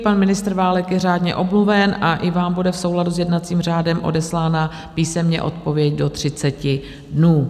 Pan ministr Válek je řádně omluven a i vám bude v souladu s jednacím řádem odeslána písemně odpověď do 30 dnů.